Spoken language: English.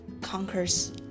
conquers